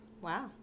Wow